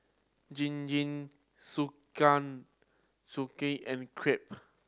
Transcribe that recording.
and Crepe